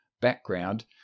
background